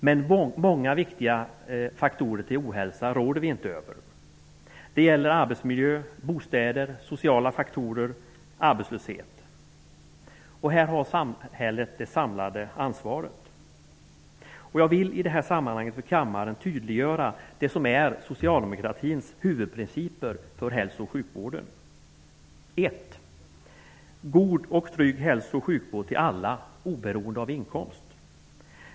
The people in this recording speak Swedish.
Men många viktiga faktorer till ohälsa råder vi inte över. Det gäller arbetsmiljö, bostäder, sociala faktorer och arbetslöshet. Här har samhället det samlade ansvaret. Jag vill i det här sammanhanget för kammaren tydliggöra det som är socialdemokratins huvudprinciper för hälso och sjukvården: För det första: God och trygg hälso och sjukvård till alla, oberoende av inkomst.